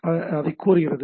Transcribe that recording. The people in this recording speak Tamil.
அது அதைக் கோருகிறது